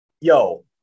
Yo